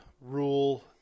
rule